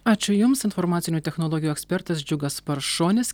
ačiū jums informacinių technologijų ekspertas džiugas paršonis